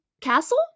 Castle